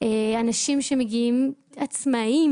הם הופכים אנשים עצמאיים